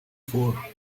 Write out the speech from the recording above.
for